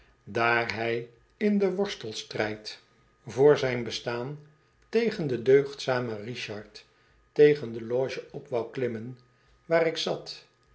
daar hij in den worstelstrijd voor zijn bestaan tegen den deugdzamen richard tegen de loge op wou klimmen waar ik zat